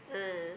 ah